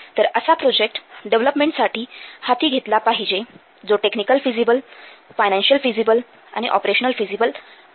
तर असा प्रोजेक्ट डेव्हलपमेंटसाठी हाती घेतला पाहिजे जो टेक्निकल फिझीबल फायनान्शिअल फिझीबल आणि ऑपरेशनल फिझीबल आहे